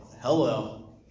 hello